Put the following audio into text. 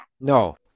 No